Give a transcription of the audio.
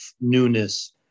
newness